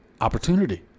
opportunity